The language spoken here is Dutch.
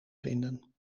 vinden